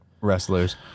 wrestlers